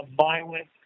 violent